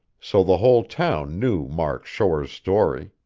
so the whole town knew mark shore's story.